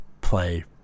play